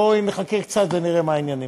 בואי נחכה קצת ונראה מה העניינים.